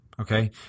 okay